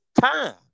time